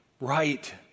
right